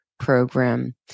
program